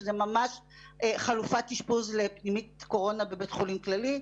שזה ממש חלופת אשפוז לפנימית קורונה בבית חולים כללי,